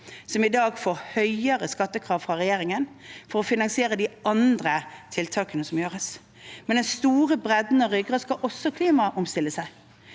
som i dag får høyere skattekrav fra regjeringen for å finansiere de andre tiltakene som gjøres. Men den store bredden og ryggraden skal også klimaomstille seg,